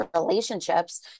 relationships